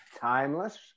Timeless